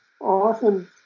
often